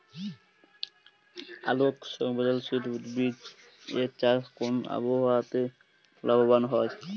আলোক সংবেদশীল উদ্ভিদ এর চাষ কোন আবহাওয়াতে লাভবান হয়?